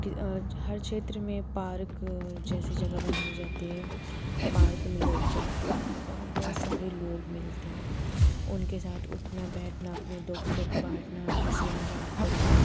कि हर क्षेत्र में पार्क जैसी जगह बनाई जाती है पार्क में लोग जाते हैं वहाँ बहुत सारे लोग मिलते हैं उनके साथ उठना बैठना अपने दुख सुख बाँटना हँसी मज़ाक करना